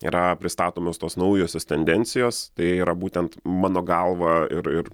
yra pristatomos tos naujosios tendencijos tai yra būtent mano galva ir ir